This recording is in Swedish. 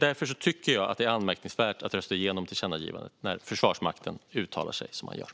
Därför tycker jag att det är anmärkningsvärt att rösta igenom tillkännagivandet när Försvarsmakten uttalar sig som man gör.